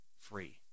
free